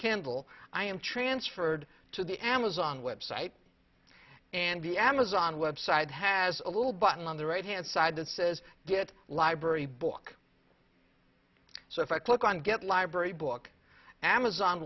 candle i am transferred to the amazon web site and the amazon web site has a little button on the right hand side that says get library book so if i click on get library book amazon